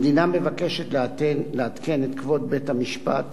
המדינה מבקשת לעדכן את כבוד בית-המשפט